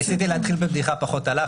ניסיתי להתחיל בבדיחה, פחות הלך.